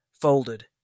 Folded